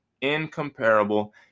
incomparable